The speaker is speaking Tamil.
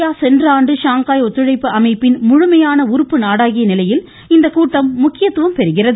இந்தியா சென்ற ஆண்டு ஷாங்காய் ஒத்துழைப்பு அமைப்பின் முழுமையான உறுப்பு நாடாகிய நிலையில் இந்த கூட்டம் முக்கியத்தும் பெறுகிறது